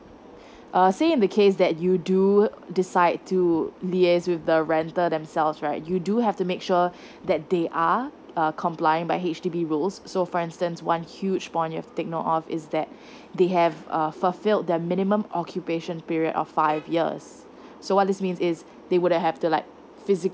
ah see in the case that you do decide to liaise with the rental themselves right you do have to make sure that they are err complying by H_D_B rules so for instance one huge point you have to take note of is that they have fulfilled their minimum occupation period of five years so what this means is they would have to like